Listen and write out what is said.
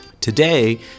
Today